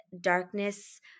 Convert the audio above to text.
darkness